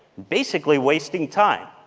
basically wasting time,